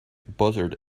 buzzard